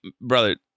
brother